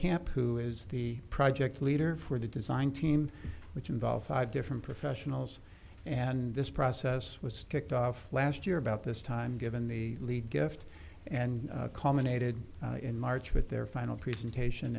camp who is the project leader for the design team which involved five different professionals and this process was kicked off last year about this time given the lead gift and culminated in march with their final presentation